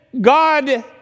God